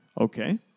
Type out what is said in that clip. Okay